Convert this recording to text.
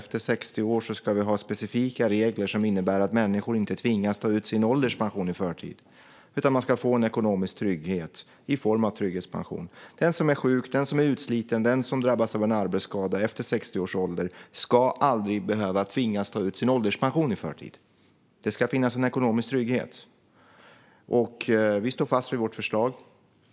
Vi ska ha specifika regler som innebär att människor över 60 år inte ska tvingas ta ut sin ålderspension i förtid, utan man ska få ekonomisk trygghet i form av trygghetspension. Den som är sjuk, den som är utsliten och den som drabbas av en arbetsskada efter 60 års ålder ska aldrig behöva tvingas ta ut sin ålderspension i förtid. Det ska finnas en ekonomisk trygghet. Vi står fast vid vårt förslag.